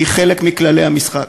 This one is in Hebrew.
היא חלק מכללי המשחק,